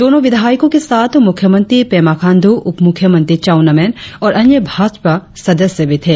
दोनो विधायको के साथ मुख्यमंत्री पेमा खांडू उप मुख्यमंत्री चाउना मेन और अन्य भाजपा सदस्य भी थे